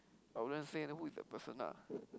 I wouldn't say who is that person ah